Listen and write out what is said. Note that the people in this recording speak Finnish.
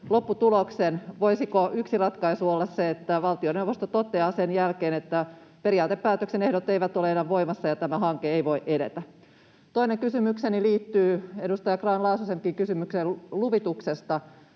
lopputuloksen, voisiko yksi ratkaisu olla se, että valtioneuvosto toteaa sen jälkeen, että periaatepäätöksen ehdot eivät ole enää voimassa ja tämä hanke ei voi edetä? Toinen kysymykseni liittyy edustaja Grahn-Laasosenkin kysymykseen luvituksesta.